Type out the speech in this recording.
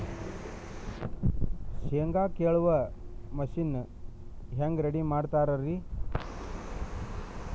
ಶೇಂಗಾ ಕೇಳುವ ಮಿಷನ್ ಹೆಂಗ್ ರೆಡಿ ಮಾಡತಾರ ರಿ?